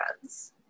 friends